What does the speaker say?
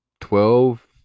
twelve